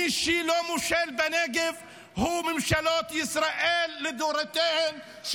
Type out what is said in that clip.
מי שלא מושל בנגב הוא ממשלות ישראל לדורותיהן,